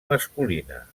masculina